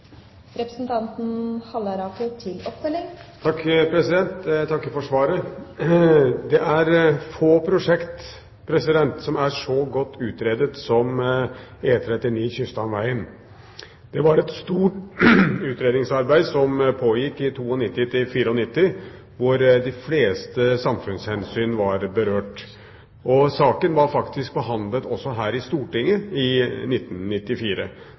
for svaret. Det er få prosjekt som er så godt utredet som E39, Kyststamvegen. Det pågikk et stort utredningsarbeid i 1992–1994, hvor de fleste samfunnshensyn ble berørt. Saken ble faktisk behandlet her i Stortinget i